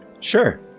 Sure